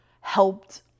helped